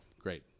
great